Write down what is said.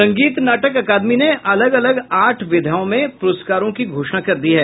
संगीत नाटक अकादमी ने अलग अलग आठ विधाओं में प्रस्कारों की घोषणा कर दी है